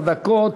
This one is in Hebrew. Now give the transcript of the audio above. לרשותך עשר דקות.